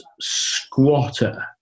squatter